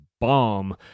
bomb